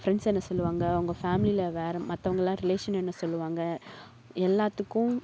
friends என்ன சொல்லுவாங்க அவங்க ஃபேமிலியில் வேறு மற்றவங்களாம் ரிலேஷன் என்ன சொல்லுவாங்க எல்லாத்துக்கும்